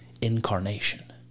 incarnation